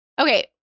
Okay